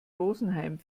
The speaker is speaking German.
rosenheim